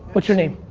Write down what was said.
what's your name?